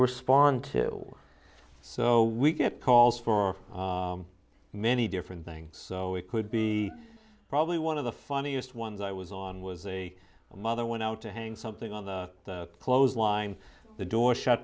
respond to so we get calls for many different things so we could be probably one of the funniest ones i was on was a mother went out to hang something on the clothesline the door shut